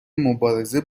مبارزه